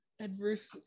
adverse